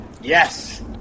yes